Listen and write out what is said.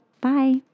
Bye